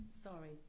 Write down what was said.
Sorry